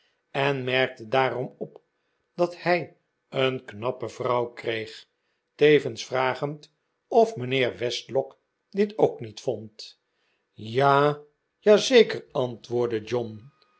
en merkte daaroni op dat hij een knappe vrouw kreeg tevens vragend of mijnheer westlock dit ook niet vond ja ja zeker antwoordde john